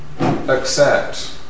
accept